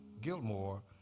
Gilmore